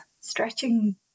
stretching